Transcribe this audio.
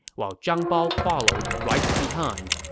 while zhang bao followed right behind.